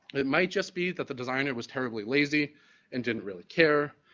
it might just be that the designer was terribly lazy and didn't really care,